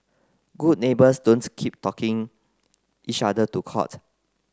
good neighbours don't keep talking each other to court